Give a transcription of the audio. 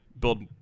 build